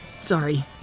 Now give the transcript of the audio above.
Sorry